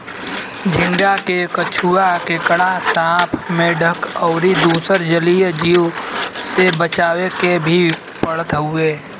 झींगा के कछुआ, केकड़ा, सांप, मेंढक अउरी दुसर जलीय जीव से बचावे के भी पड़त हवे